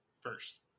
first